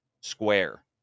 square